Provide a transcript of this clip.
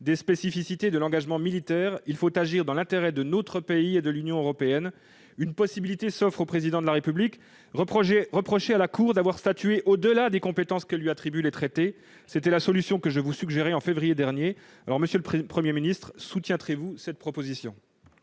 des spécificités de l'engagement militaire, il faut agir dans l'intérêt de notre pays et de l'Union européenne. Une possibilité s'offre au Président de la République : reprocher à la Cour d'avoir statué au-delà des compétences que lui attribuent les traités. C'était la solution que je suggérerais au mois de février dernier. Monsieur le Premier ministre, soutiendrez-vous cette proposition ?